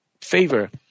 favor